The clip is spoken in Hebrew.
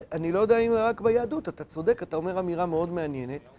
אני לא יודע אם זה רק ביהדות, אתה צודק, אתה אומר אמירה מאוד מעניינת.